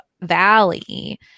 Valley